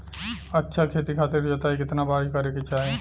अच्छा खेती खातिर जोताई कितना बार करे के चाही?